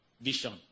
vision